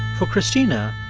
for cristina,